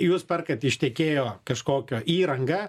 jūs perkat iš tiekėjo kažkokio įrangą